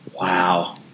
Wow